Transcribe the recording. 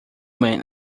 man